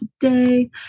today